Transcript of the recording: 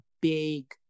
big